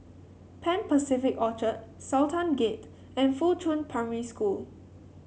Pan Pacific Orchard Sultan Gate and Fuchun Primary School